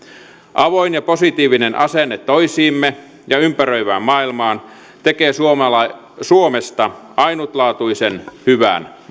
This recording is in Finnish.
avoin ja positiivinen asenne toisiimme ja ympäröivään maailmaan tekee suomesta ainutlaatuisen hyvän